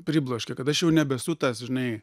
pribloškė kad aš jau nebesu tas žinai